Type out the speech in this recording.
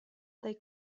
dai